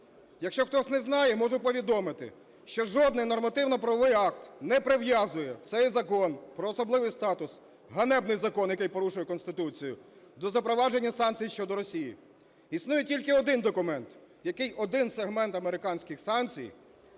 Якщо хтось не знає, можу повідомити, що жоден нормативно-правовий акт не прив'язує цей Закон про особливий статус, ганебний закон, який порушує Конституцію, до запровадження санкцій щодо Росії. Існує тільки один документ, який один сегмент американських санкцій